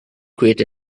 great